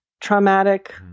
traumatic